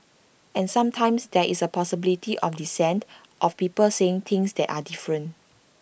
and sometimes there is the possibility of dissent of people saying things that are different